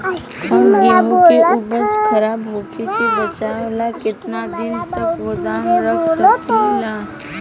हम गेहूं के उपज खराब होखे से बचाव ला केतना दिन तक गोदाम रख सकी ला?